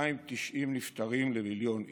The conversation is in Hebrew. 290 נפטרים למיליון איש.